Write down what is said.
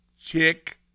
Chick